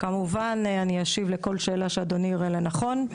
כמובן, שאשיב על כל שאלה שאדוני יראה לנכון.